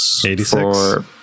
86